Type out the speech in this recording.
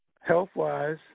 health-wise